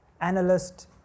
analyst